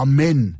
Amen